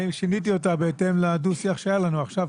אני שיניתי אותה בהתאם לדו שיח שהיה לנו עכשיו.